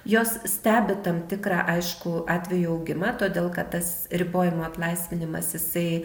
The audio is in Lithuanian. jos stebi tam tikrą aišku atvejų augimą todėl kad tas ribojimų atlaisvinimas jisai